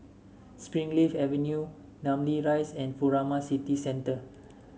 Springleaf Avenue Namly Rise and Furama City Centre